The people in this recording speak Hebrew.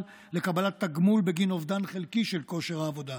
לקבלת תגמול בגין אובדן חלקי של כושר העבודה.